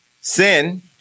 Sin